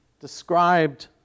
described